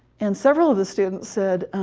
and several of the students said,